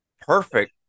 perfect